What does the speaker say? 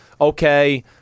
Okay